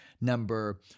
number